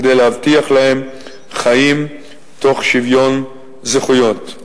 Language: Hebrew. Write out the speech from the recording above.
כדי להבטיח להם חיים תוך שוויון זכויות.